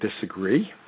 disagree